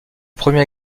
premier